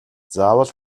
заавал